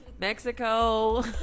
mexico